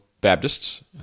Baptists